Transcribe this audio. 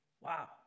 Wow